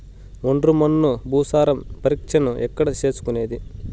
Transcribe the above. ఒండ్రు మన్ను భూసారం పరీక్షను ఎక్కడ చేసుకునేది?